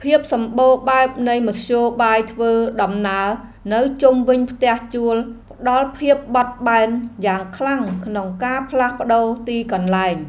ភាពសម្បូរបែបនៃមធ្យោបាយធ្វើដំណើរនៅជុំវិញផ្ទះជួលផ្តល់ភាពបត់បែនយ៉ាងខ្លាំងក្នុងការផ្លាស់ប្តូរទីកន្លែង។